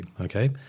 okay